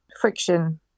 friction